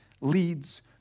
leads